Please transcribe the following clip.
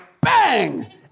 bang